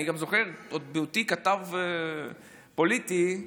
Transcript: עוד בהיותי כתב פוליטי,